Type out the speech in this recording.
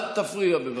אל תפריע, בבקשה.